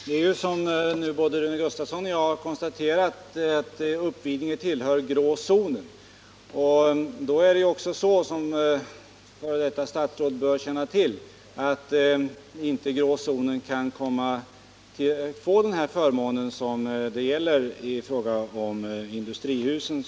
Herr talman! Både Rune Gustavsson och jag har konstaterat att Uppvidinge kommun tillhör den grå zonen. Då bör ett f. d. statsråd känna till att den grå zonen inte kan få den förmån det gäller i fråga om industrihusen.